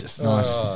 nice